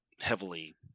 heavily